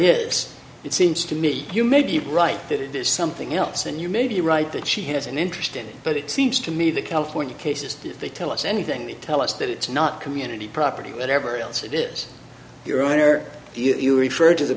is it seems to me you may be right that it is something else and you may be right that she has an interest in but it seems to me the california cases if they tell us anything you tell us that it's not community property whatever else it is your own or if you refer to the